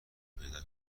پیدا